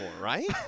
right